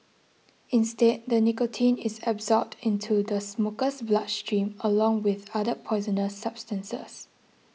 instead the nicotine is absorbed into the smoker's bloodstream along with other poisoner substances